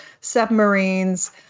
submarines